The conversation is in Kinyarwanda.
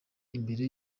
imbere